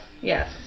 Yes